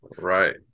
Right